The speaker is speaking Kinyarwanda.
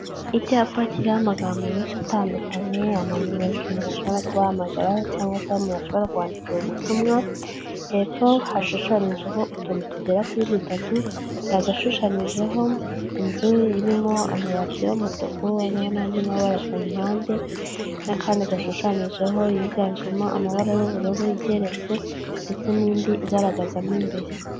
Icyapa kiriho amagambo menshi atandukanye amanimero menshi umuntu ashobora kubahamagaraho cyangwa se aho umuntu ashobora kwabandikira ubutumwa; hepfo hashushanyijeho utuntu tugera kuri dutatu, haragashushanyijeho inzu irimo amabati y'umutuku n'andi mabara ku mpande, n'akandi gashushanyijeho yiganjemo amabara y'ubururu igeretse, ndetse n'indi igaragazamo imbere.